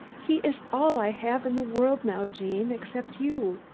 he is all i have in the world now, gene, except you.